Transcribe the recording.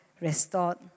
restored